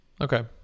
Okay